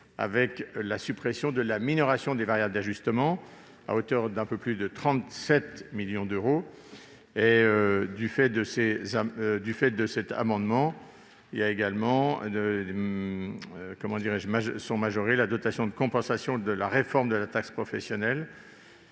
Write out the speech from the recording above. avec la suppression de la minoration des variables d'ajustement, à hauteur d'un peu plus de 37 millions d'euros. Du fait du même amendement, sont également majorées la dotation de compensation de la réforme de la taxe professionnelle,